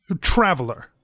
traveler